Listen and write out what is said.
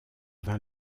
vint